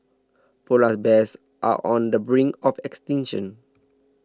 Polar Bears are on the brink of extinction